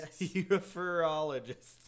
urologist